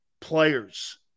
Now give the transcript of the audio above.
players